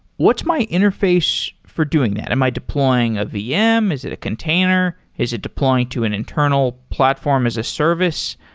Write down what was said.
what's my interface for doing that? am i deploying a vm? is it a container? is it deploying to an internal platform as a service?